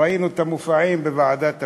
ראינו את המופעים בוועדת הפנים,